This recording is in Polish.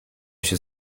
się